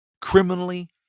criminally